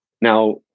Now